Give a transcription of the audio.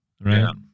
Right